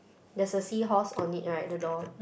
there's a seahorse on it right the door